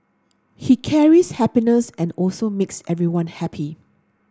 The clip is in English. he carries happiness and also makes everyone happy